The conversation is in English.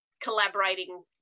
collaborating